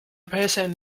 person